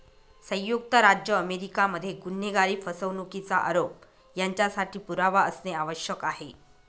संयुक्त राज्य अमेरिका मध्ये गुन्हेगारी, फसवणुकीचा आरोप यांच्यासाठी पुरावा असणे आवश्यक आहे